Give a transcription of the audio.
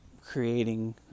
creating